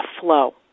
flow